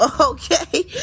okay